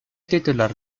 titular